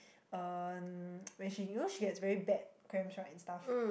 uh when she you know she has very bad cramps right and stuff